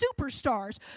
superstars